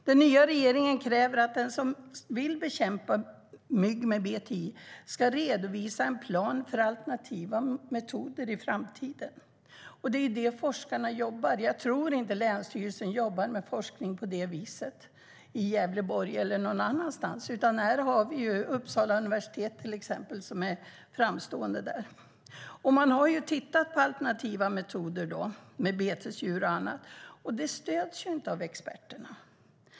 Den nya regeringen kräver att den som vill bekämpa mygg med BTI ska redovisa en plan för alternativa metoder i framtiden. Det är detta forskarna jobbar med. Jag tror inte att länsstyrelsen jobbar med forskning på det viset i Gävleborg eller någon annanstans, utan där är till exempel Uppsala universitet framstående. Man har tittat på alternativa metoder med betesdjur och annat, men det stöds inte av experterna.